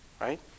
Right